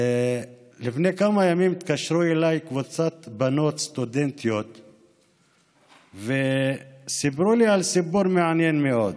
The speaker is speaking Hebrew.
לפני כמה ימים התקשרו אליי בנות סטודנטיות וסיפרו לי סיפור מעניין מאוד.